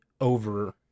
over